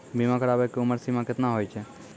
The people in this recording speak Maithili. बीमा कराबै के उमर सीमा केतना होय छै?